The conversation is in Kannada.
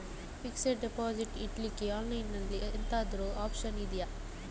ಫಿಕ್ಸೆಡ್ ಡೆಪೋಸಿಟ್ ಇಡ್ಲಿಕ್ಕೆ ಆನ್ಲೈನ್ ಅಲ್ಲಿ ಎಂತಾದ್ರೂ ಒಪ್ಶನ್ ಇದ್ಯಾ?